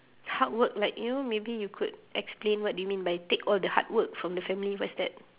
hard work like you know maybe you could explain what you mean by take all the hard work from the family what's that